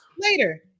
Later